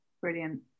brilliant